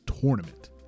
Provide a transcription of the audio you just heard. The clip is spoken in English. tournament